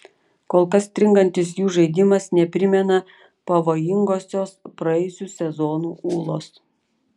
kol kas stringantis jų žaidimas neprimena pavojingosios praėjusių sezonų ūlos